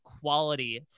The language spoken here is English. quality